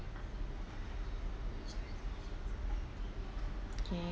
okay